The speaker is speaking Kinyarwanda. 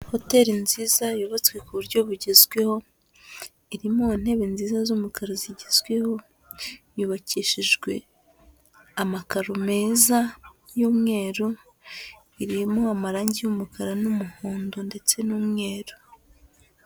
Hoteri nziza yubatswe ku buryo bugezweho iri mu ntebe nziza z'umukara zigezweho, yubakishijwe amakaro meza y'umweru, irimo amarange y'umukara n'umuhondo ndetse n'umweru.